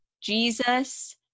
Jesus